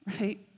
right